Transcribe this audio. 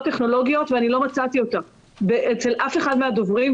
טכנולוגיות" ולא מצאתי אותה אצל אף אחד מהדוברים,